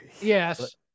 Yes